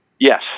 Yes